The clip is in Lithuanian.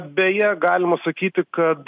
beje galima sakyti kad